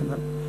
דרך אגב.